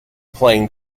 playing